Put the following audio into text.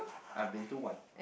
I've been to one